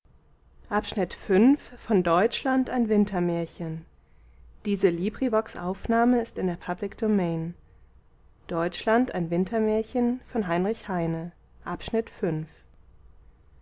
deutschland ein wintermärchen germany a winter